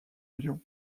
lions